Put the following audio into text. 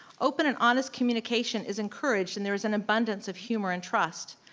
open and honest communication is encouraged and there is an abundance of humor and trust.